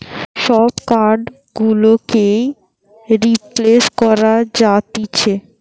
সব কার্ড গুলোকেই রিপ্লেস করা যাতিছে